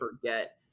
forget